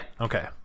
Okay